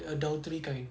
the adultery kind